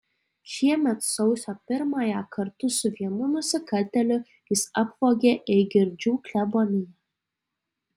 šiemet sausio pirmąją kartu su vienu nusikaltėliu jis apvogė eigirdžių kleboniją